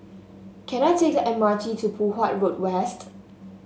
can I take the M R T to Poh Huat Road West